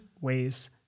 ways